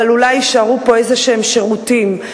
אבל אולי יישארו פה שירותים כלשהם.